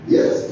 Yes